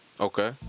Okay